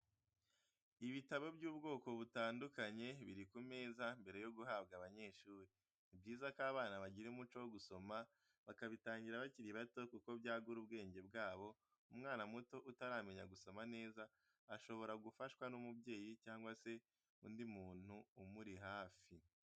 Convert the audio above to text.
Ibitabo by'ubwoko butandukanye biri ku meza mbere yo guhabwa abanyeshuri, ni byiza ko abana bagira umuco wo gusoma bakabitangira bakiri bato kuko byagura ubwenge bwabo, umwana muto utaramenya gusoma neza, ashobora gufashwa n'umubyeyi cyangwa se undi muntu umuri hafi.